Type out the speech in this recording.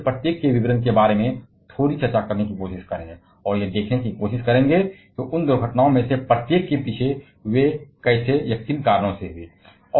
हम उनमें से प्रत्येक के विवरण के बारे में थोड़ी चर्चा करने की कोशिश करेंगे और यह देखने की कोशिश करेंगे कि उन दुर्घटनाओं में से प्रत्येक के पीछे वे कैसे हुए या जो भी कारण थे